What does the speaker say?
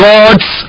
God's